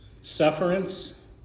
Sufferance